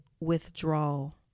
withdrawal